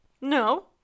No